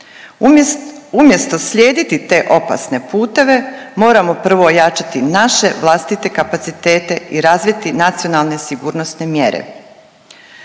Umjesto slijediti te opasne puteve moramo prvo jačati naše vlastite kapacitete i razviti nacionalne sigurnosne mjere.